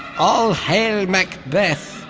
all hail macbeth,